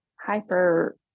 hyper